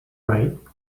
right